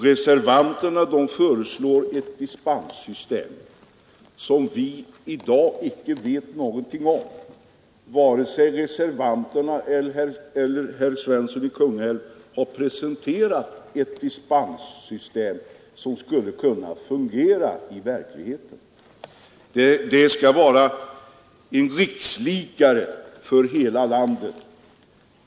Reservanterna föreslår ett dispenssystem som vi i dag icke vet någonting om. Varken reservanterna eller herr Svensson i Kungälv har presenterat ett dispenssystem, som skulle kunna fungera i verkligheten och vara en rikslikare för hela landet.